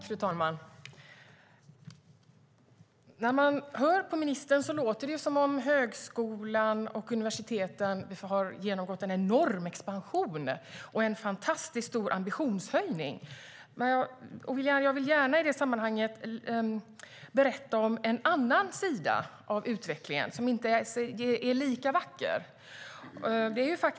Fru talman! När man hör på ministern låter det som att högskolan och universiteten har genomgått en enorm expansion och en fantastiskt stor ambitionshöjning. Jag vill i det sammanhanget gärna berätta om en sida av utvecklingen som inte är lika vacker.